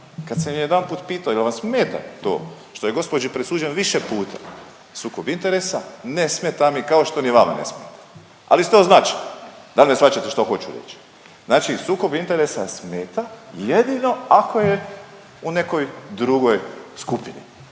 Kad sam je jedanput pitao jel' vam smeta to što je gospođi presuđeno više puta sukob interesa ne smeta mi, kao što ni vama ne smeta ali ste označeni. Da li me shvaćate što hoću reći? Znači sukob interesa smeta jedino ako je u nekoj drugoj skupini,